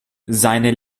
seine